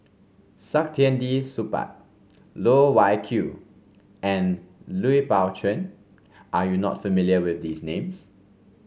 Saktiandi Supaat Loh Wai Kiew and Lui Pao Chuen are you not familiar with these names